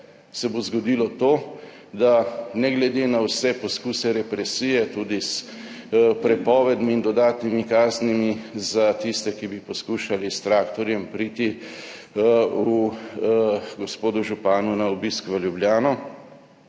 se bo zgodilo to, da ne glede na vse poskuse represije, tudi s prepovedmi in dodatnimi kaznimi za tiste, ki bi poskušali s traktorjem priti v gospodu županu na obisk v Ljubljano,